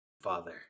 Father